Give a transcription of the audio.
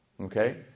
Okay